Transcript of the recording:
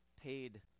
paid